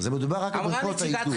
מדובר רק על בריכות האידוי.